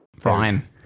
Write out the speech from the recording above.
Brian